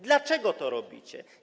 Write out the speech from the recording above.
Dlaczego to robicie?